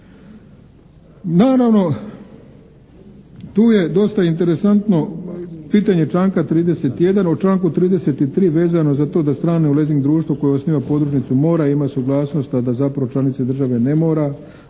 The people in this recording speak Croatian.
Naravno, tu je dosta interesantno pitanje članka 31., a u članku 33. vezano za to da strane u leasing društvo koje osniva podružnicu mora imati suglasnost, a da zapravo članice države ne mora,